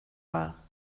war